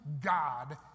God